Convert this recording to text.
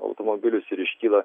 automobilius ir iškyla